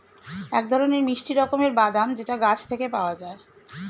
এক ধরনের মিষ্টি রকমের বাদাম যেটা গাছ থেকে পাওয়া যায়